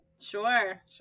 Sure